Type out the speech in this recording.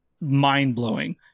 mind-blowing